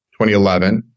2011